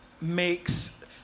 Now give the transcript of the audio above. makes